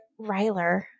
Ryler